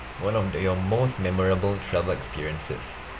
one of the your most memorable travel experiences